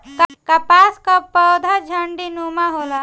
कपास कअ पौधा झाड़ीनुमा होला